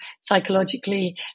psychologically